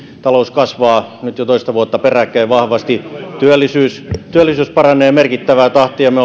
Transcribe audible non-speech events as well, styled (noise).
talous kasvaa nyt jo toista vuotta peräkkäin vahvasti työllisyys työllisyys paranee merkittävää tahtia me (unintelligible)